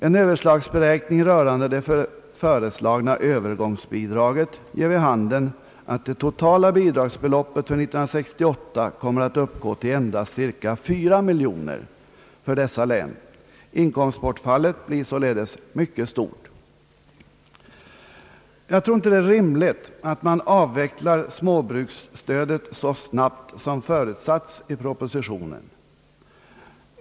En överslagsberäkning rörande det föreslagna övergångsbidraget ger vid handen att det totala bidragsbeloppet för 1968 kom mer att uppgå till endast cirka 4 miljoner kronor för dessa län. Inkomstbortfallet blir således mycket stort. Det är inte rimligt att avveckla småbrukarstödet så snabbt som förutsatts i propositionen.